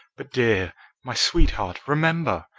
but, dear my sweetheart remember!